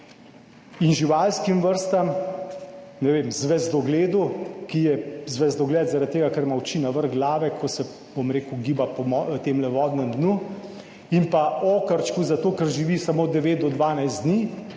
in živalskim vrstam, ne vem, zvezdogledu, ki je zvezdogled zaradi tega, ker ima oči na vrh glave, ko se, bom rekel, giba po tem vodnem dnu, in pa okarčku, zato ker živi samo 9 do 12 dni,